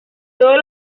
todos